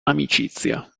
amicizia